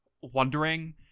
wondering